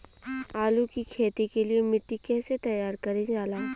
आलू की खेती के लिए मिट्टी कैसे तैयार करें जाला?